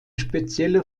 spezielle